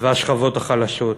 והשכבות החלשות.